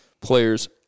players